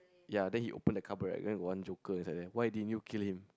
ya then he open the cupboard right then got one Joker inside there why didn't you kill him